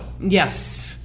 Yes